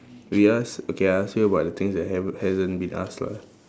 we ask okay I ask you about the things that haven't hasn't been ask lah